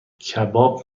کباب